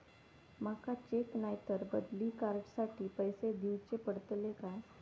माका चेक नाय तर बदली कार्ड साठी पैसे दीवचे पडतले काय?